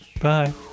Bye